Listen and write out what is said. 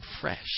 fresh